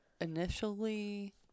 initially